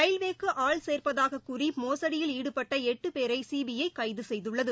ரயில்வேக்கு ஆள் சோ்ப்பதாகக்கூறி மோசடியில் ஈடுபட்ட எட்டு பேரை சிபிஐ கைது செய்துள்ளது